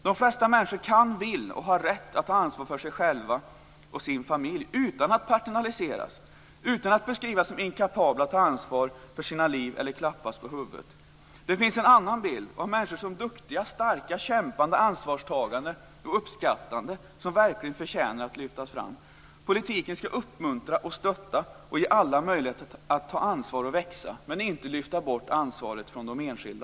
De flesta människor kan, vill och har rätt att ta ansvar för sig själva och sin familj utan att paternaliseras, utan att beskrivas som inkapabla att ta ansvar för sina liv eller klappas på huvudet. Det finns en annan bild av människor som duktiga, starka, kämpande, ansvarstagande och uppskattande som verkligen förtjänar att lyftas fram. Politiken ska uppmuntra, stötta och ge alla möjlighet att ta ansvar och växa och inte lyfta bort ansvaret från de enskilda.